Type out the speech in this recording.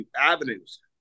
avenues